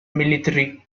military